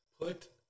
Put